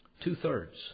Two-thirds